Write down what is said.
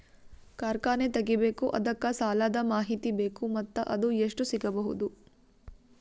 ಕಾರ್ಖಾನೆ ತಗಿಬೇಕು ಅದಕ್ಕ ಸಾಲಾದ ಮಾಹಿತಿ ಬೇಕು ಮತ್ತ ಅದು ಎಷ್ಟು ಸಿಗಬಹುದು?